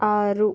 ಆರು